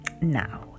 Now